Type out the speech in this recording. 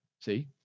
See